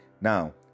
Now